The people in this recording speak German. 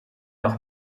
doch